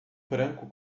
branco